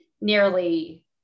nearly